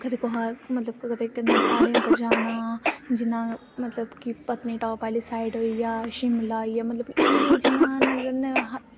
कदें कुदै मतलब प्हाड़े पर जाना जि'यां मतलब की पत्नीटॉप आह्ली साईड होइया शिमला होई गेआ मतलब की एह् जेही जगह् ना